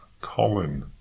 Colin